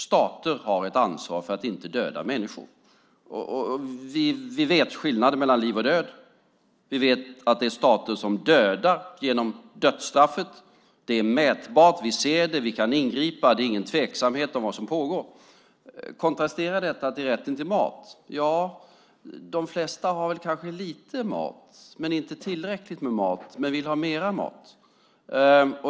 Stater har ett ansvar för att inte döda människor. Vi vet skillnaden mellan liv och död. Vi vet att det är stater som dödar genom dödsstraffet. Det är mätbart. Vi ser det. Vi kan ingripa. Det är ingen tveksamhet om vad som pågår. Kontrastera detta med rätten till mat. De flesta har väl kanske lite mat, men inte tillräckligt med mat. De vill ha mer mat.